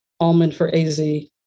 almondforaz